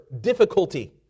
difficulty